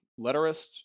letterist